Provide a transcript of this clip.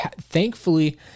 Thankfully